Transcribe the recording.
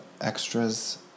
Extras